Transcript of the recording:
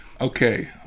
Okay